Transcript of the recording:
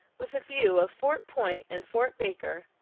with a view of fort point and fort baker,